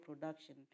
production